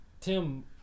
Tim